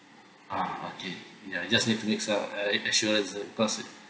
ah okay ya just need make sure uh assurance err because